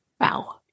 Wow